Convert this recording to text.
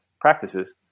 practices